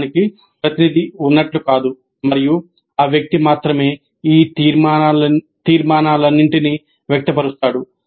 సమూహానికి ప్రతినిధి ఉన్నట్లు కాదు మరియు ఆ వ్యక్తి మాత్రమే ఈ తీర్మానాలన్నింటినీ వ్యక్తపరుస్తాడు